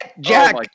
Jack